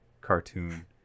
cartoon